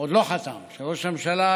עוד לא חתם, הגיע,